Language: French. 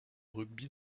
rugby